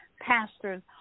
pastors